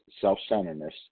self-centeredness